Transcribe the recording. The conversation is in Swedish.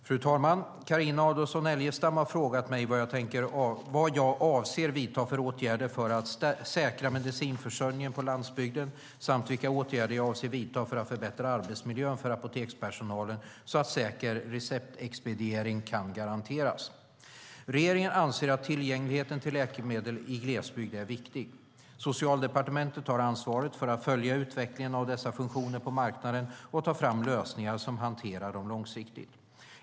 Fru talman! Carina Adolfsson Elgestam har frågat mig vad jag avser att vidta för åtgärder för att säkra medicinförsörjningen på landsbygden samt vilka åtgärder jag avser att vidta för att förbättra arbetsmiljön för apotekspersonalen så att säker receptexpediering kan garanteras. Regeringen anser att tillgängligheten till läkemedel i glesbygd är viktig. Socialdepartementet har ansvaret för att följa utvecklingen av dessa funktioner på marknaden och ta fram lösningar som hanterar dem långsiktigt.